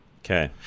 Okay